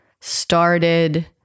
started